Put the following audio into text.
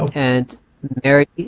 and eric?